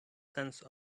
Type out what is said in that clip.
sense